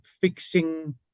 fixing